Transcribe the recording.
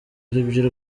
aribyo